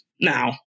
now